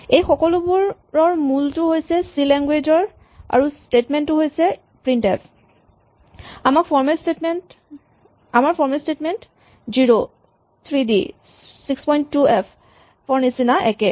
এই সকলোবোৰৰ মূলটো হৈছে চি লেন্গুৱেজ আৰু স্টেটমেন্ট টো হৈছে প্ৰিন্ট এফ আমাৰ ফৰমেট স্টেটমেন্ট ০ ৩ডি ৬২এফ ৰ নিচিনা একে